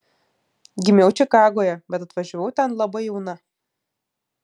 gimiau čikagoje bet atvažiavau ten labai jauna